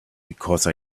because